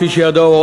כפי שידוע,